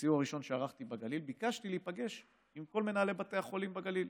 בסיור הראשון שערכתי בגליל ביקשתי להיפגש עם כל מנהלי בתי החולים בגליל.